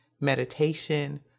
meditation